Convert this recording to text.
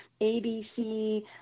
ABC